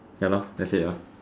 ya lor that's it hor